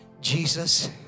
Jesus